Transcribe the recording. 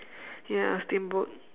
ya steamboat